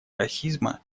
расизма